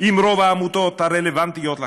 עם רוב העמותות הרלוונטיות לחוק,